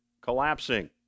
collapsing